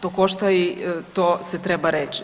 To košta i to se treba reći.